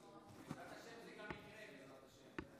בעזרת השם זה גם יקרה, בתקציב.